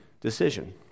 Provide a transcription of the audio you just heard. decision